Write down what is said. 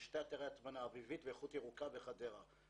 שני אתרי הטמנה: אביבית ואיכות ירוקה בחדרה.